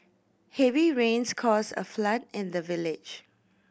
heavy rains caused a flood in the village